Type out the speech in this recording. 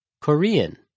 Korean